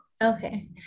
Okay